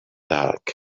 dark